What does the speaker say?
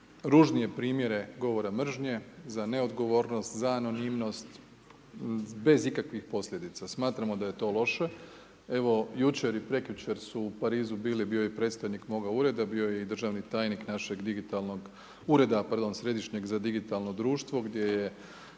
najružnije primjere govora mržnje, za neodgovornost, za anonimnost bez ikakvih posljedica, smatramo da je to loše, evo jučer i prekjučer su u Parizu bili, bio je i predstojnik moga ureda, bio je i državni tajnik našeg digitalnog, Ureda pardon središnjeg za digitalno društvo gdje je